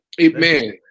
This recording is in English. Amen